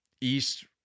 east